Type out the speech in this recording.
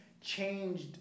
changed